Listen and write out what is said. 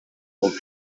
болуп